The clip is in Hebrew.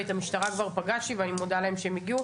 ואת המשטרה כבר פגשתי, ואני מודה להם שהם הגיעו